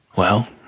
well,